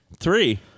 Three